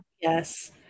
Yes